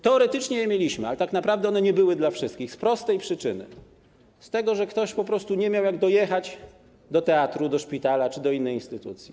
Teoretycznie je mieliśmy, ale tak naprawdę one nie były dla wszystkich z prostej przyczyny: z tego, że ktoś po prostu nie miał jak dojechać do teatru, do szpitala czy do innej instytucji.